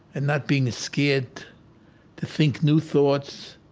and not being scared to think new thoughts.